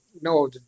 no